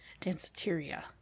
Danceteria